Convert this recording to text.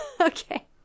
okay